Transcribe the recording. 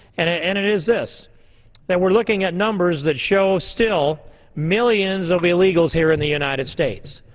and ah and it is this that we're looking at numbers that show still millions of illegals here in the united states,